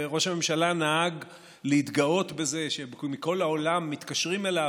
ראש הממשלה נהג להתגאות בזה שמכל העולם מתקשרים אליו,